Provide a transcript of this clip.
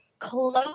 Close